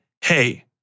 hey